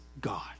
God